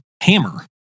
hammer